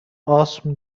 آسم